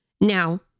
Now